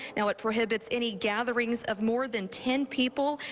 you know it prohibits any gathering of more than ten people.